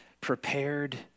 prepared